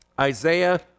Isaiah